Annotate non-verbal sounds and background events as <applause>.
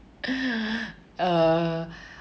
<breath> uh